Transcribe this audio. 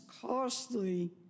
costly